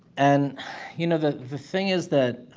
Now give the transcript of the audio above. and you know, the the thing is that